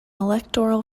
electoral